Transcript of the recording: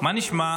מה נשמע?